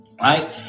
right